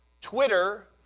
Twitter